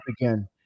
again